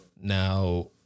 Now